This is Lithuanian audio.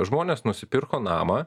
žmonės nusipirko namą